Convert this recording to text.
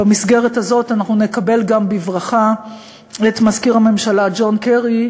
במסגרת הזאת נקבל גם בברכה את מזכיר הממשלה ג'ון קרי,